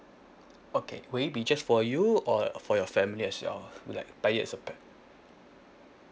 okay will it be just for you or for your family as well like buy it as a pack